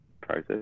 process